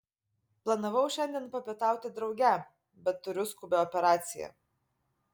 planavau šiandien papietauti drauge bet turiu skubią operaciją